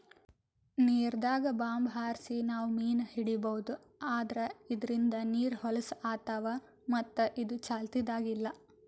ನೀರ್ದಾಗ್ bomb ಹಾರ್ಸಿ ನಾವ್ ಮೀನ್ ಹಿಡೀಬಹುದ್ ಆದ್ರ ಇದ್ರಿಂದ್ ನೀರ್ ಹೊಲಸ್ ಆತವ್ ಮತ್ತ್ ಇದು ಚಾಲ್ತಿದಾಗ್ ಇಲ್ಲಾ